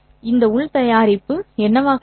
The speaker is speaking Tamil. இந்த உள் தயாரிப்பு என்னவாக இருக்கும்